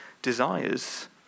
desires